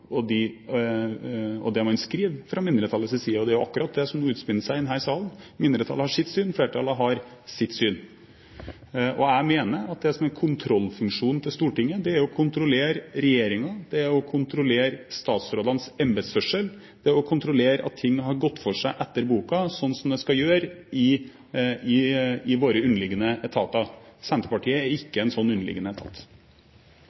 i de vurderingene og det man skriver fra mindretallets side. Og det er jo akkurat det som nå utspinner seg i denne salen, mindretallet har sitt syn, flertallet har sitt syn. Jeg mener at det som er kontrollfunksjonen til Stortinget, er å kontrollere regjeringen, å kontrollere statsrådenes embetsførsel, å kontrollere at ting har gått for seg etter boka, slik som det skal gjøre i våre underliggende etater. Senterpartiet er